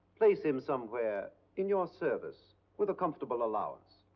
place him somewhere in your service, with a comfortable allowance.